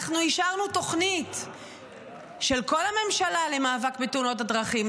אנחנו אישרנו תוכנית של כל הממשלה למאבק בתאונות הדרכים,